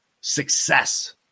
success